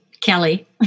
Kelly